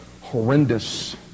horrendous